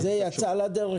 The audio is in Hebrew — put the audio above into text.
האם זה יצא לדרך?